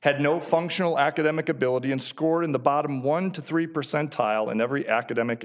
had no functional academic ability and scored in the bottom one to three percent tile in every academic